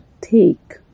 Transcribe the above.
take